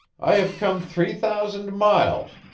i have come three thousand miles,